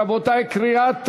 רבותי, קריאה טרומית.